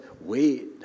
wait